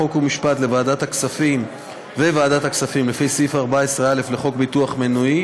חוק ומשפט ולוועדת הכספים לפי סעיף 14א לחוק ביטוח רכב מנועי